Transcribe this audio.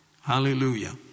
Hallelujah